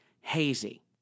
hazy